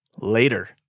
later